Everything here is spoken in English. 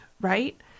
right